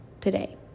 today